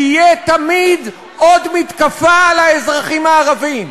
תהיה תמיד עוד מתקפה על האזרחים הערבים.